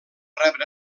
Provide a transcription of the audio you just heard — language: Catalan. rebre